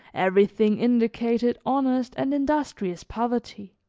everything indicated honest and industrious poverty.